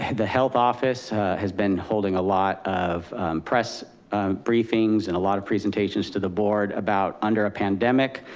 and the health office has been holding a lot of press briefings and a lot of presentations to the board about under a pandemic,